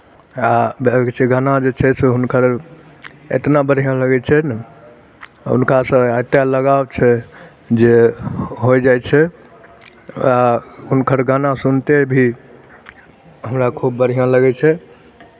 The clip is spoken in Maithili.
आ बाँकी छै गाना जे छै से हुनकर इतना बढ़िआँ लगै छै ने हुनकासँ एतेक लगाव छै जे होइ जाइ छै आ हुनकर गाना सुनिते भी हमरा खूब बढ़िआँ लगै छै